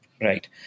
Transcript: Right